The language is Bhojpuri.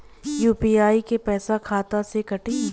यू.पी.आई क पैसा खाता से कटी?